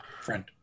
friend